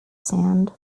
sand